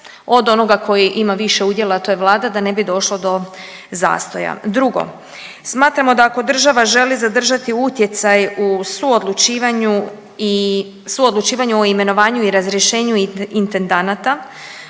od onoga koji ima više udjela, a to je vlada da ne bi došlo do zastoja. Drugo, smatramo da ako država želi zadržati utjecaj u suodlučivanju i, suodlučivanju o imenovanju i razrješenju intendanata